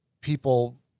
people